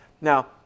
Now